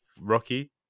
Rocky